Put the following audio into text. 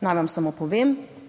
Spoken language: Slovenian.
Naj vam samo povem